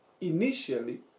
initially